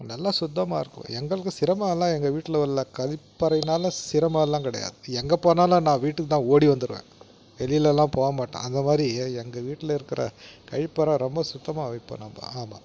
நல்லா சுத்தமாக இருக்கும் எங்களுக்கு சிரமம் எல்லாம் எங்கள் வீட்டில் உள்ள கழிப்பறையினால் சிரமம்லாம் கிடையாது எங்கே போனாலும் நான் வீட்டுக்குதான் ஓடி வந்துடுவேன் வெளியிலேலாம் போக மாட்டேன் அந்த மாதிரி எங்கள் வீட்டில் இருக்கிற கழிப்பறை ரொம்ப சுத்தமாக வைப்பேன் நம்ம ஆமாம்